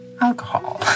alcohol